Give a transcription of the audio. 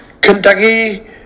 Kentucky